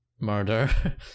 Murder